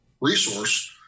resource